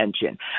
attention